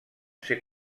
ser